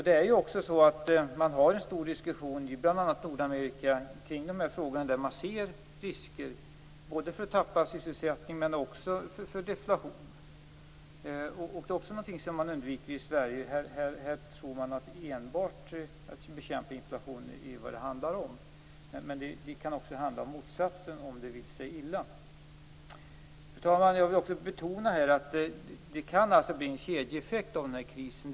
Det förs nu en omfattande diskussion i bl.a. Nordamerika kring dessa frågor. Man ser risker för att tappa sysselsättning och också för deflation. I Sverige tror man att det enbart handlar om att bekämpa inflationen. Men det kan också handla om motsatsen, om det vill sig illa. Fru talman! Jag vill också betona att det kan bli en kedjeeffekt av den här krisen.